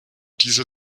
dieser